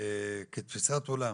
כתפיסת עולם,